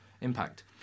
impact